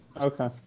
okay